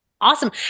awesome